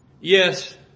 Yes